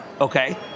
okay